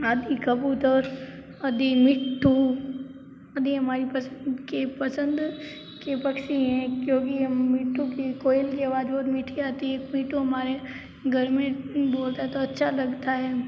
आदि कबूतर आदि मिट्ठू आदि हमारी पसंद की पसंद के पक्षी हैं क्योंकि ये मिट्ठू की कोयल की आवाज़ बहुत मीठी आती है मिट्ठू हमारे घर में बोलता तो अच्छा लगता है